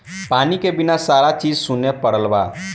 पानी के बिना सारा चीजे सुन परल बा